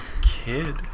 Kid